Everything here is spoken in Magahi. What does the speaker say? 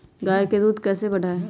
गाय का दूध कैसे बढ़ाये?